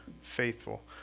faithful